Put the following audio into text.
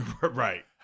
Right